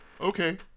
Okay